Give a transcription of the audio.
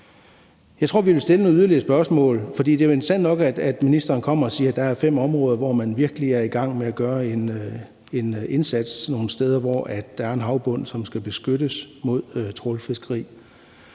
Jeg tror vi, vil stille nogle yderligere spørgsmål. Det er jo interessant nok, at ministeren kommer og siger, at der er fem områder, hvor man virkelig er i gang med at gøre en indsats nogle steder, hvor der er en havbund, som skal beskyttes mod trawlfiskeri.